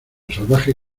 salvaje